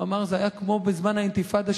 הוא אמר: זה היה כמו בזמן האינתיפאדה,